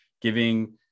giving